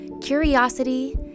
curiosity